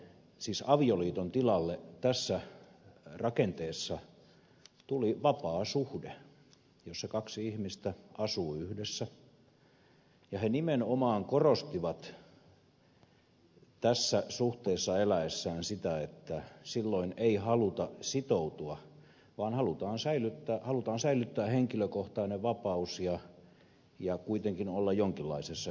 avioliiton tilalle tässä rakenteessa tuli vapaa suhde jossa kaksi ihmistä asuu yhdessä ja he nimenomaan korostivat tässä suhteessa eläessään sitä että silloin ei haluta sitoutua vaan halutaan säilyttää henkilökohtainen vapaus ja kuitenkin olla jonkinlaisessa yhteiselämässä